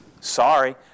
Sorry